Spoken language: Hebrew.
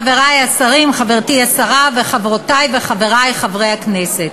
חברי השרים, חברתי השרה, חברות וחברי הכנסת,